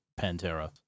Pantera